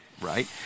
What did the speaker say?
right